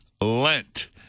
Lent